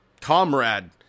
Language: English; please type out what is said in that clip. comrade